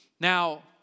Now